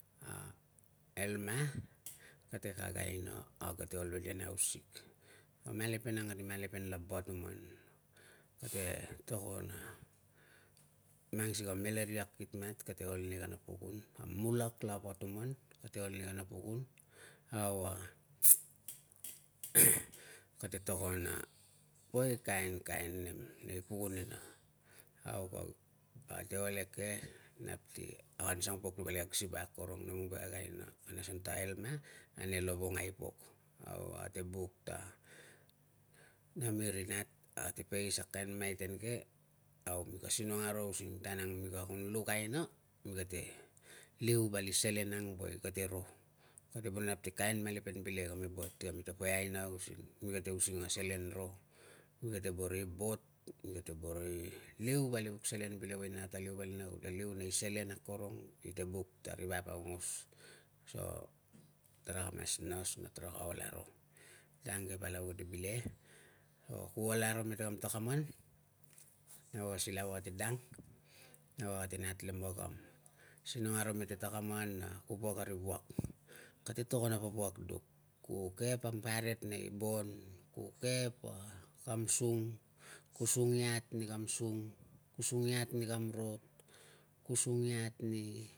A elma kate kag aina a kate ol ve nia nei hausik. Malepen ang kate malepen laba tuman. Kate tokon a mang sikei a malaria kitmat kate ol nei kana pukun, a mulak lava tuman kate ol nei kana pukun. Au, a kate tokon a poi kainkain nem nei pukunina. Au, a kag ate ol eke nap ti kag an siang pok vali kag siva akorong, nemlong ve kag aina kana asan ta elma, ane lovongai pok. Au, ate buk ta nami ri nat ate face a kain maiten ke au mika sinong aro using a tanag mi ka kun luk aina, mi kate liu vali selen ang woe kate ro, kate boro i kain malepen bileke ka buat si kam poi aina using nami kate using na selen ro. Mi kate boro i bot, mi kate boro i liu vali selen ang ate liu singina, kute liu nei selen akorong ite buk ta ri vap aungos. So taraka mas nas na tara ol aro. Dang ke palau kate bileke, o ku ol akorong mete kam takaman. Nau a silau ate dang, nau ate nat le magam. Sinong aro mete takaman na ku wuak ari wuak, kate tokon a poe wuak duk, ku kep kam paret nei bon, ku kep kam sung, ku sung iat ni kam sung, ku sung iat ni kam rot, ku sung iat ni